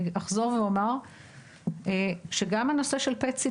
אני אחזור ואומר שגם הנושא של PET-CT